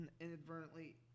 inadvertently